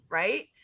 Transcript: right